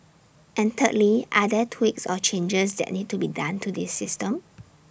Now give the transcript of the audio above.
and thirdly are there tweaks or changes that need to be done to this system